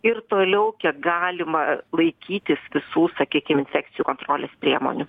ir toliau kiek galima laikytis visų sakykim infekcijų kontrolės priemonių